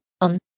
On